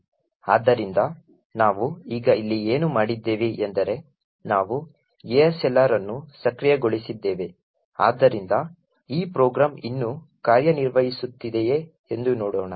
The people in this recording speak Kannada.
ಆದ್ದರಿಂದ ನಾವು ಈಗ ಇಲ್ಲಿ ಏನು ಮಾಡಿದ್ದೇವೆ ಎಂದರೆ ನಾವು ASLR ಅನ್ನು ಸಕ್ರಿಯಗೊಳಿಸಿದ್ದೇವೆ ಆದ್ದರಿಂದ ಈ ಪ್ರೋಗ್ರಾಂ ಇನ್ನೂ ಕಾರ್ಯನಿರ್ವಹಿಸುತ್ತಿದೆಯೇ ಎಂದು ನೋಡೋಣ